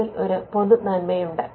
അതിൽ ഒരു പൊതുനന്മയുണ്ട്